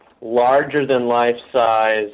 larger-than-life-size